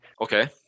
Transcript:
okay